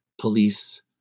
police